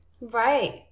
Right